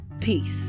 Peace